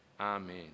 Amen